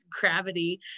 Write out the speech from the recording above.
gravity